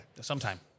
Sometime